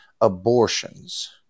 abortions